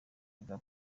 bwa